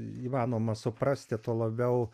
įmanoma suprasti tuo labiau